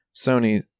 Sony